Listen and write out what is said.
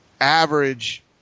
average